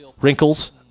wrinkles